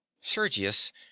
Sergius